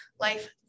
life